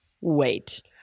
wait